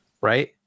right